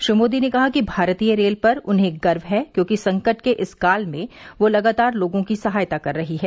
श्री मोदी ने कहा कि भारतीय रेल पर उन्हें गर्व है क्योंकि संकट के इस काल में वह लगातार लोगों की सहायता कर रही है